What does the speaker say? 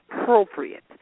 appropriate